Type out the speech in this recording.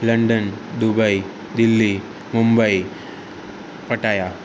London Dubai Delhi Mumbai Pattaya